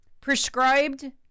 prescribed